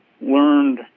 learned